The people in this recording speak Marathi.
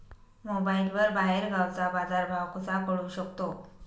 मोबाईलवर बाहेरगावचा बाजारभाव कसा कळू शकतो?